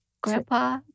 grandpa